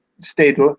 stayed